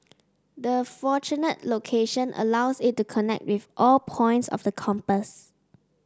the fortunate location allows it to connect with all points of the compass